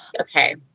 Okay